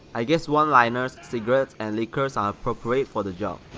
i guess one-liners, cigarettes and liquors are appropriate for the job.